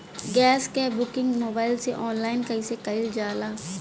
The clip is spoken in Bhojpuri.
गैस क बुकिंग मोबाइल से ऑनलाइन कईसे कईल जाला?